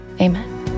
Amen